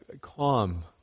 calm